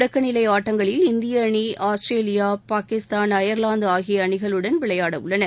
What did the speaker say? தொடக்கநிலை ஆட்டங்களில் இந்திய அணி ஆஸ்திரேலியா பாகிஸ்தான் அயர்லாந்து ஆகிய அணிகளுடனும் விளையாடவுள்ளன